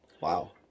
Wow